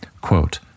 Quote